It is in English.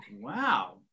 Wow